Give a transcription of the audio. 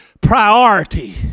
priority